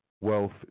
Wealth